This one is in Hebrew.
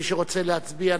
מי שרוצה להצביע,